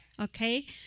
okay